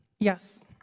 Yes